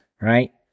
right